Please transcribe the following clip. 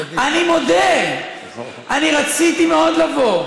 אני מודה, אני רציתי מאוד לבוא.